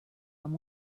amb